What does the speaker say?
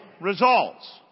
Results